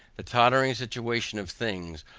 the tottering situation of things,